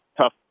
tough